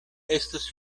estus